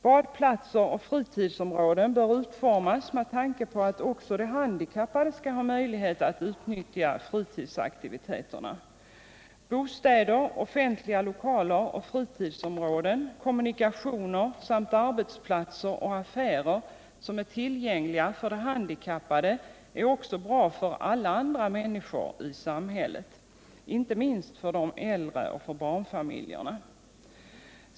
Badplatser och fritidsområden bör utformas med tanke på att också de handikappade skall ha möjlighet att utnyttja fritidsaktiviteterna. Bostäder, offentliga lokaler och fritidsområden, kommunikationer samt arbetsplatser och affärer som är tillgängliga för de handikappade är också bra för alla andra människor i samhället, inte minst för de äldre och för barnfamiljerna.